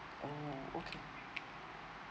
orh okay